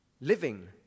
living